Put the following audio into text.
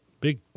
big